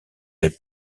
est